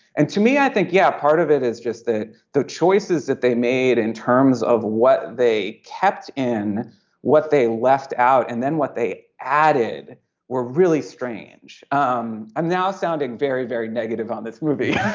and to me i think yeah. part of it is just that the choices that they made in terms of what they kept and what they left out and then what they added were really strange um and now sounding very very negative on this movie.